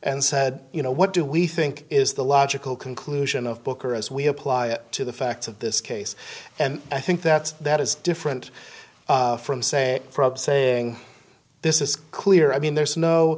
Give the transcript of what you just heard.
and said you know what do we think is the logical conclusion of book or as we apply it to the facts of this case and i think that's that is different from saying saying this is clear i mean there's no